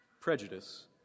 prejudice